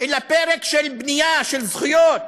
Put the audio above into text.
אלא פרק של בנייה, של זכויות,